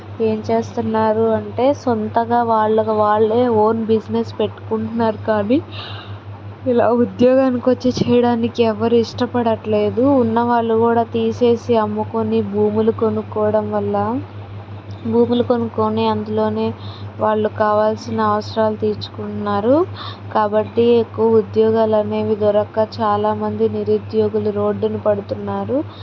ఏం చేస్తున్నారు అంటే సొంతగా వాళ్ళకు వాళ్ళే ఓన్ బిజినెస్ పెట్టుకుంటున్నారు కానీ ఇలా ఉద్యోగానికొచ్చి చేయడానికి ఎవ్వరూ ఇష్టపడట్లేదు ఉన్నవాళ్ళు కూడా తీసేసి అమ్ముకుని భూములు కొనుక్కోవడం వల్ల భూములు కొనుక్కుని అందులోనే వాళ్ళు కావాల్సిన అవసరాలు తీర్చుకుంటున్నారు కాబట్టి ఎక్కువ ఉద్యోగాలు అనేవి దొరకక చాలా మంది నిరుద్యోగులు రోడ్డున పడుతున్నారు